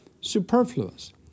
superfluous